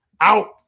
Out